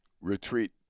retreat